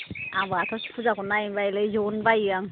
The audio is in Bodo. आं बाथौ फुजाखौनो नायनो बायोलै ज'नो बायो आं